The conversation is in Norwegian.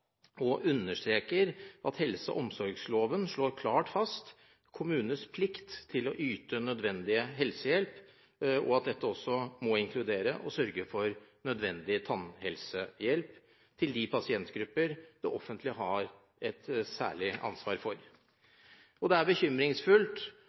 og vi understreker at helse- og omsorgstjenesteloven slår klart fast kommunens plikt til å yte nødvendig helsehjelp, og at dette også må inkludere å sørge for nødvendig tannhelsehjelp til de pasientgrupper det offentlige har et særlig ansvar